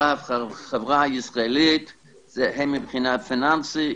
החברה הישראלית הן מבחינה פיננסית,